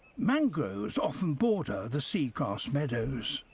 mangroves often border the seagrass meadows.